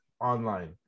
online